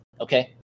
Okay